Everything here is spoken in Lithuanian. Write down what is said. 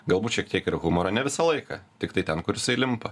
galbūt šiek tiek ir humoro ne visą laiką tiktai ten kur jisai limpa